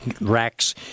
racks